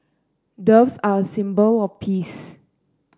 doves are a symbol of peace